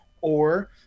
or-